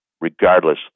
regardless